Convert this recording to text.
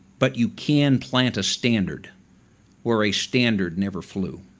but you can plant a standard where a standard never flew.